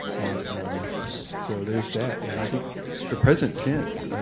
and so there's that. and i think the present tense,